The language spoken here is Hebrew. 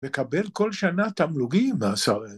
וקבל כל שנה תמלוגים מהשר.